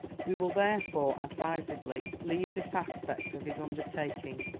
we will therefore, advisedly leave this aspect of his undertaking,